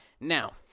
Now